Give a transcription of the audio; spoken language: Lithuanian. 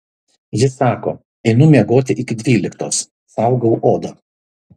ji sako einu miegoti iki dvyliktos saugau odą